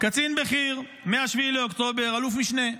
קצין בחי"ר, ומ-7 לאוקטובר, אלוף משנה.